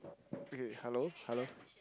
eh hello hello